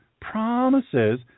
promises